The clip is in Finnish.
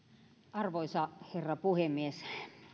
arvoisa herra puhemies